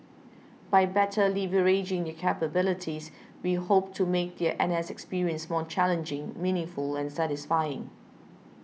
by better leveraging their capabilities we hope to make their N S experience more challenging meaningful and satisfying